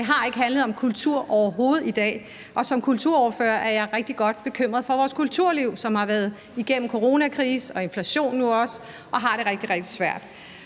ikke handlet om kultur i dag. Som kulturordfører er jeg rigtig godt bekymret for vores kulturliv, som har været igennem en coronakrise og nu også inflation og har det rigtig,